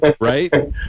Right